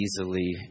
easily